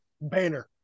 Banner